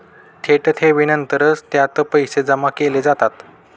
थेट ठेवीनंतरच त्यात पैसे जमा केले जातात